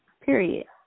Period